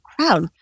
crowd